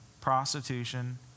prostitution